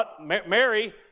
Mary